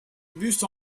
buste